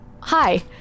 hi